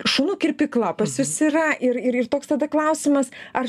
šunų kirpykla pas jus yra ir ir ir toks tada klausimas ar